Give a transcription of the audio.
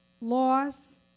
loss